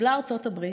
קיבלה ארצות הברית,